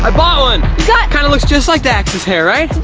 i bought one! it kinda looks just like dax's hair, right?